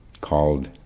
called